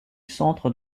centre